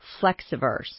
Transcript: Flexiverse